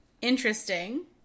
interesting